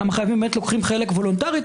כמה חייבים לוקחים חלק וולונטרית,